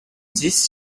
this